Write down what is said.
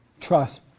trust